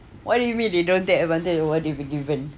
why do you mean they don't take advantage of what they have been given